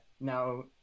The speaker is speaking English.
now